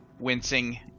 wincing